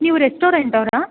ನೀವು ರೆಸ್ಟೋರೆಂಟವರಾ